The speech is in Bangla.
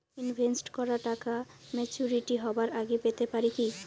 ইনভেস্ট করা টাকা ম্যাচুরিটি হবার আগেই পেতে পারি কি?